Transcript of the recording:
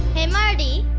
hey, marty.